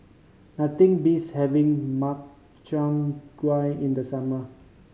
nothing beats having Makchang in the summer